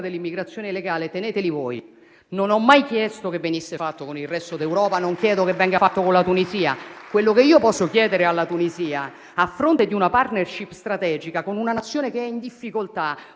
dell'immigrazione legale: teneteli voi. Non ho mai chiesto che venisse fatto con il resto d'Europa e non chiedo che venga fatto con la Tunisia. Quello che posso chiedere alla Tunisia, a fronte di una *partnership* strategica con una Nazione che è in difficoltà,